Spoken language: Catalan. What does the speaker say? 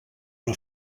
una